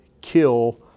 kill